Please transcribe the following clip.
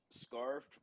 scarf